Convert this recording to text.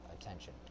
attention